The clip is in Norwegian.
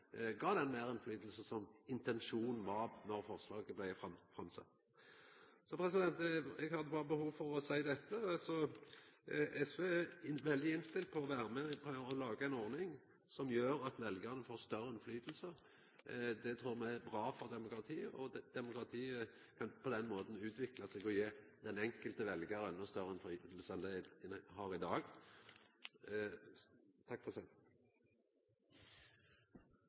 gav den meirinnflytelsen som var intensjonen då forslaget blei sett fram. Så eg hadde berre behov for å seia dette. SV er veldig innstilt på å vera med og laga ei ordning som gjer at veljarane får større innflytelse. Det trur me er bra for demokratiet. På den måten kan demokratiet utviklast og gi den enkelte veljaren endå større innflytelse enn det ein har i dag.